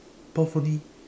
puff only